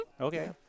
Okay